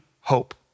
hope